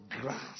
grass